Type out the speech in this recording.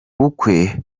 bukwe